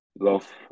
love